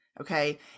Okay